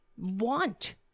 want